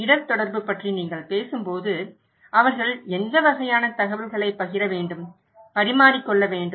இடர் தொடர்பு பற்றி நீங்கள் பேசும்போது அவர்கள் எந்த வகையான தகவல்களைப் பகிர வேண்டும் பரிமாறிக்கொள்ள வேண்டும்